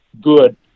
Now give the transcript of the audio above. good